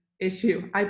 issue